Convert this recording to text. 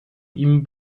ihm